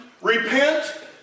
repent